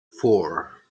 four